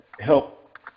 help